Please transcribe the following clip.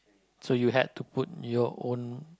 so you had to put your own